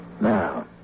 Now